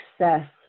Success